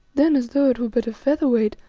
then as though it were but a feather weight,